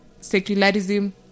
secularism